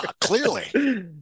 clearly